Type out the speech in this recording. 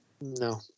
no